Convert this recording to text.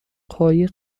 قایق